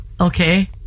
okay